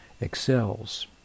excels